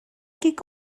gig